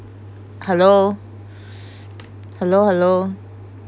hello hello hello